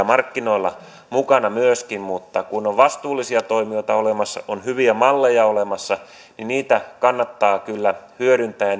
markkinoilla mukana mutta kun on vastuullisia toimijoita olemassa on hyviä malleja olemassa niitä kannattaa kyllä hyödyntää